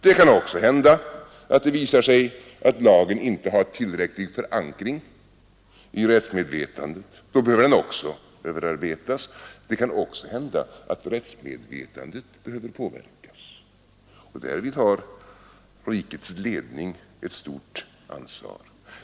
Det kan också hända att det visar sig att lagen inte har tillräcklig förankring i rättsmedvetandet. Då behöver den också överarbetas. Det kan även hända att rättsmedvetandet behöver påverkas, och därvid har rikets ledning ett stort ansvar.